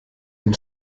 den